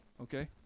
okay